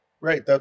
Right